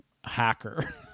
hacker